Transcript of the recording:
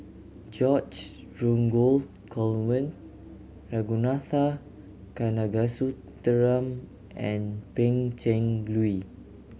George Dromgold Coleman Ragunathar Kanagasuntheram and Pan Cheng Lui